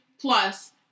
plus